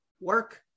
Work